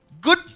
Good